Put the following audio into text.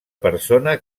persona